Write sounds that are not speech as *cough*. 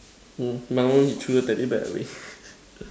oh my one he threw the teddy bear away *laughs*